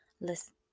listen